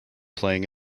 playing